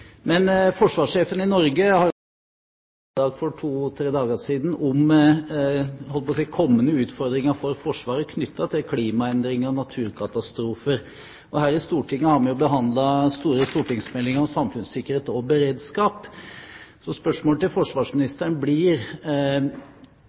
Forsvarssjefen i Norge, Harald Sunde, holdt et foredrag for to–tre dager siden om kommende utfordringer for Forsvaret knyttet til klimaendringer og naturkatastrofer. Og her i Stortinget har vi jo behandlet den store stortingsmeldingen om samfunnssikkerhet og beredskap. Spørsmålet til